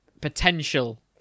potential